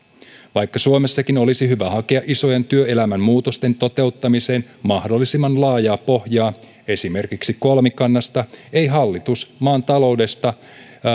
vaikka suomessakin olisi hyvä hakea isojen työelämän muutosten toteuttamiseen mahdollisimman laajaa pohjaa esimerkiksi kolmikannasta ei hallitus maan taloudesta